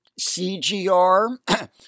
CGR